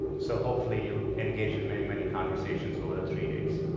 so hopefully you'll engage in many, many conversations over the three days.